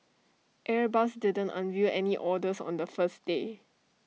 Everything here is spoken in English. airbus didn't unveil any orders on the first day